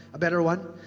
a better one?